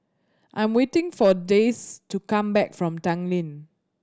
I am waiting for Dayse to come back from Tanglin